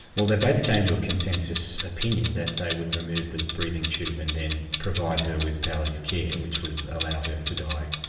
well they both came to a consensus opinion that they would remove the breathing tube and then provide her with palliative care, which would allow her to die.